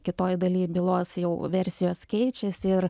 kitoj daly bylos jau versijos keičiasi ir